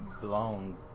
blown